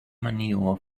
manure